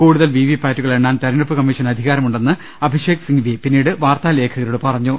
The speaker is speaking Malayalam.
കൂടുതൽ വി വി പാറ്റു കൾ എണ്ണാൻ തെരഞ്ഞെടുപ്പ് കമ്മീഷന് അധികാരമുണ്ടെന്ന് അഭിഷേക് സിംഗ്വി പിന്നീട് വാർത്താലേഖകരെ അറിയിച്ചു